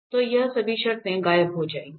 तो ये सभी शर्तें गायब हो जाएंगी